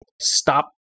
stop